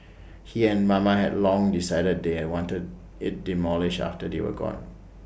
he and mama had long decided they are wanted IT demolished after they were gone